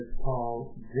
Paul